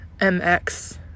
mx